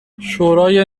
شورای